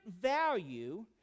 value